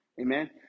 Amen